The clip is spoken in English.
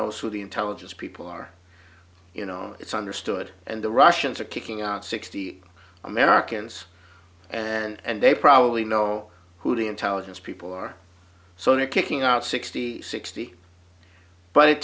knows who the intelligence people are you know it's understood and the russians are kicking out sixty americans and they probably know who the intelligence people are so it kicking out sixty sixty but it